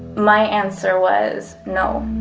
my answer was no,